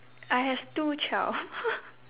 I have two twelve